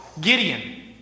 Gideon